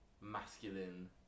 masculine